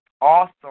awesome